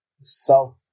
self